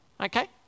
okay